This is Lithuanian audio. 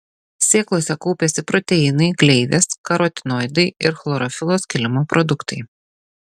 sėklose kaupiasi proteinai gleivės karotinoidai ir chlorofilo skilimo produktai